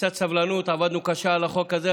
קצת סבלנות, עבדנו קשה על החוק הזה.